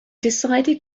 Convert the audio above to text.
decided